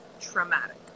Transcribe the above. traumatic